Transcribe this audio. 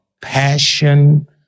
passion